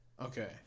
Okay